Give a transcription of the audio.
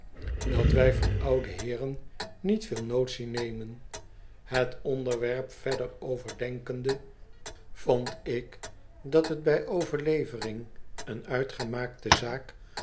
dat wij van de ouwe heeren niet veel notitie nemen het onderwerp verder overdenkende vond ik dat liet bij overlevering een uitgemaakte zaak